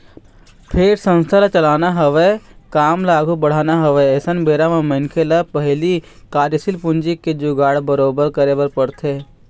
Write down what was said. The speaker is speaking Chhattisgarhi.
फेर संस्था ल चलाना हवय काम ल आघू बढ़ाना हवय अइसन बेरा बर मनखे ल पहिली कार्यसील पूंजी के जुगाड़ बरोबर करे बर परथे